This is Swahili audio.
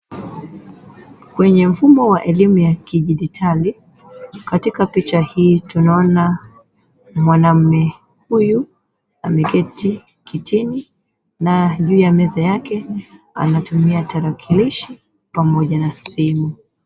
Kwenye mfumo wa elimu ya kidijitali, katika picha hii tunaona mwanamume huyu ameketi kitini na juu ya meza yake anatumia tarakilishi pamoja na simu.